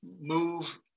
move